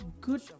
good